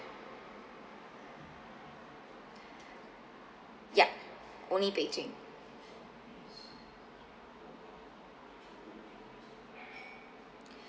yup only beijing